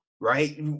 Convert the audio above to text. right